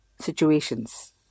situations